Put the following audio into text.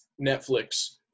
Netflix